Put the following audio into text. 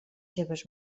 seves